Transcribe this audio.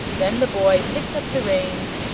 then the boy picked up the reins,